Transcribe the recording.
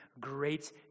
great